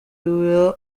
iwe